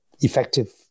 effective